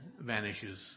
vanishes